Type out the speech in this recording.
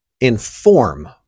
inform